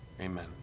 Amen